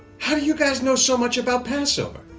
how do you guys know so much about passover?